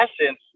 essence